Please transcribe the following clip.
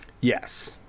Yes